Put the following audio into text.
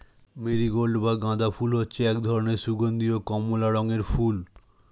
marigold বা গাঁদা ফুল হচ্ছে এক ধরনের সুগন্ধীয় কমলা রঙের ফুল